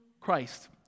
Christ